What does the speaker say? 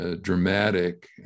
dramatic